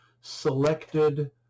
Selected